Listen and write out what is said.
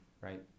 right